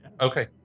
Okay